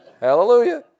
Hallelujah